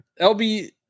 LB